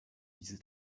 diese